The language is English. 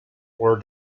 were